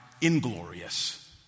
inglorious